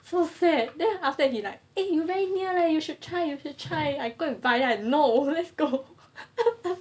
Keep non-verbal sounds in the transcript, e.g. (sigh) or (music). so sad then after that he like eh you very near leh you should try you have you try I go and buy I'm like no let's go (laughs)